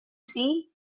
see